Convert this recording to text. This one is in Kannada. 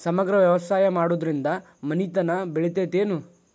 ಸಮಗ್ರ ವ್ಯವಸಾಯ ಮಾಡುದ್ರಿಂದ ಮನಿತನ ಬೇಳಿತೈತೇನು?